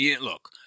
Look